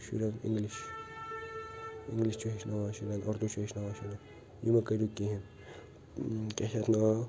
شُریٚن English English چھُو ہیٚچھناوان شریٚن اردو چھُو ہیٚچھناوان شُریٚن یہِ مہٕ کٔرِو کہیٖنۍ کیٛاہ چھُ اَتھ ناو